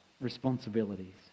responsibilities